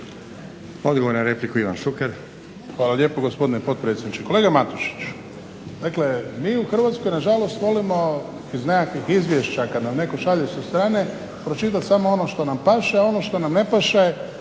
Odgovor na repliku Ivan Šuker. **Šuker, Ivan (HDZ)** Hvala lijepo gospodine potpredsjedniče. Kolega Matušić, dakle mi u Hrvatskoj nažalost volimo iz nekakvih izvješća kada nam netko šalje sa strane pročitati samo ono što nam paše a ono što nam ne paše